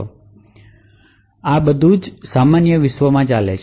તે બધા આ સામાન્ય વિશ્વમાં ચાલે છે